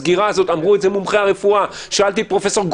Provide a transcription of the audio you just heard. סליחה וכפרה.